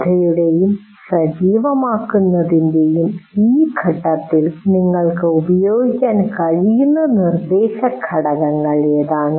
ശ്രദ്ധയുടെയും സജീവമാക്കുന്നതിന്റെയും ഈ ഘട്ടത്തിൽ നിങ്ങൾക്ക് ഉപയോഗിക്കാൻ കഴിയുന്ന നിർദ്ദേശഘടകങ്ങൾ പ്രവർത്തനങ്ങൾ ഏതാണ്